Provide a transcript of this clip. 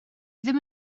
ddim